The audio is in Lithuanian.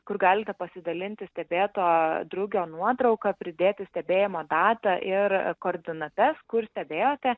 kur galite pasidalinti stebėto drugio nuotrauka pridėti stebėjimo datą ir koordinates kur stebėjote